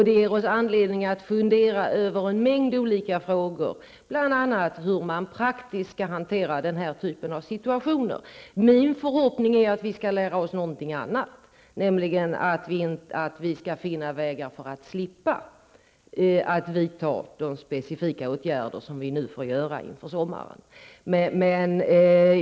Det ger oss anledning att fundera över en mängd olika frågor, bl.a. hur man praktiskt skall hantera den här typen av situationer. Min förhoppning är att vi skall lära oss någonting annat, nämligen att finna vägar för att slippa vidta de specifika åtgärder som vi nu får göra inför sommaren.